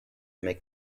make